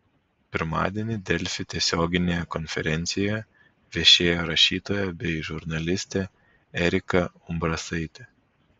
pirmadienį delfi tiesioginėje konferencijoje viešėjo rašytoja bei žurnalistė erika umbrasaitė